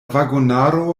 vagonaro